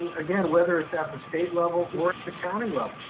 again, whether it's at the state level or at the county level,